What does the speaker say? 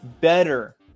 better